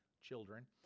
children